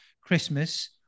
christmas